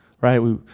right